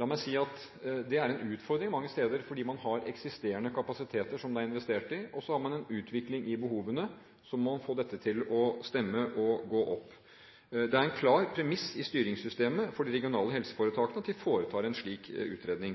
La meg si at det er en utfordring mange steder, fordi man har eksisterende kapasiteter som det er investert i, og man har utvikling i behovene, og så må man få dette til å stemme og gå opp. Det er en klar premiss i styringssystemet for de regionale helseforetakene at de foretar en slik utredning.